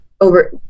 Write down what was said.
over